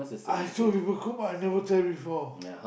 I saw people cook but I never try before